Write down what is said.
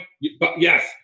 Yes